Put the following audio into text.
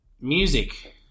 music